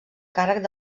càrrec